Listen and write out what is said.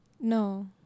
No